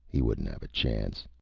he wouldn't have a chance.